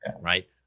right